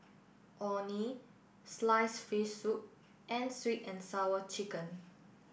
Orh Nee Sliced Fish Soup and Sweet and Sour Chicken